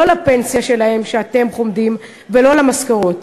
לא לפנסיה שלהם שאתם חומדים ולא למשכורות.